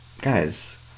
Guys